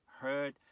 heard